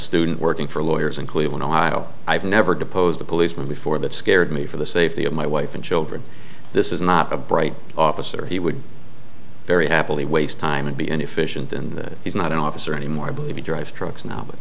student working for lawyers in cleveland ohio i've never deposed a policeman before that scared me for the safety of my wife and children this is not a bright officer he would very happily waste time and be inefficient and he's not an officer anymore but to drive trucks now out